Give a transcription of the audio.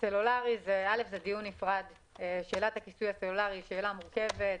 שאלת הכיסוי הסלולרי היא שאלה מורכבת,